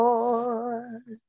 Lord